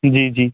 जी जी